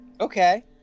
Okay